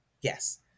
Yes